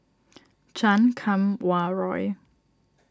Chan Kum Wah Roy